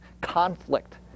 conflict